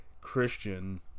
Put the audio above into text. Christian